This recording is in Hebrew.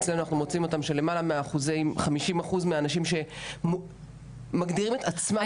אצלנו אנחנו מוצאים למעלה מ-50% אנשים שמגדירים את עצמם כמרותקי בית.